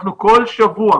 כל שבוע